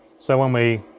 so when we